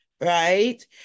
right